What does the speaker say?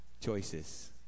Choices